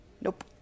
nope